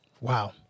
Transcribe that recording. Wow